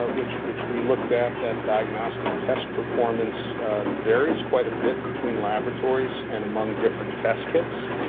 ah which which we looked at, that diagnostic test performance varies quite a bit between laboratories and among different test kits.